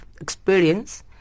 experience